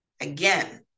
Again